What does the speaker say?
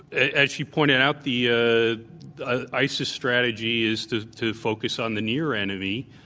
as she pointed out, the ah isis strategy is to to focus on the near enemy.